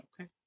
Okay